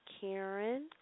Karen